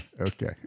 Okay